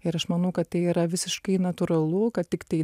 ir aš manau kad tai yra visiškai natūralu kad tiktai